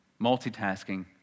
multitasking